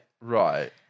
Right